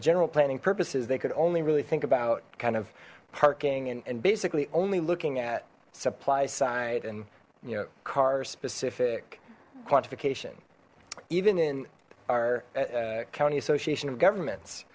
general planning purposes they could only really think about kind of parking and basically only looking at supply side and you know car specific quantification even in our county association of governments